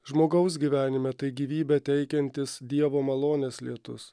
žmogaus gyvenime tai gyvybę teikiantis dievo malonės lietus